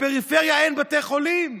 בפריפריה אין בתי חולים.